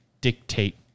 dictate